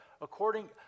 According